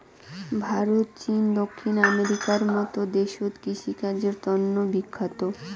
ভারত, চীন, দক্ষিণ আমেরিকার মত দেশত কৃষিকাজের তন্ন বিখ্যাত